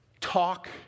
talk